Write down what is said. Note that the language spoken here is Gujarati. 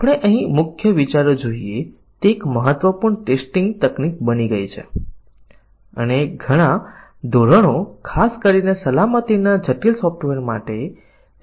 આપણે અહીં શરતોમાં એક અભિવ્યક્તિ છે જે કહે છે કે digit high એ સાચું છે અથવા digit low ખોટુ છે એટલે કે 1 છે